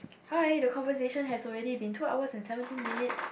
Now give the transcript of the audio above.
hi the conversation has already been two hours and seventeen minutes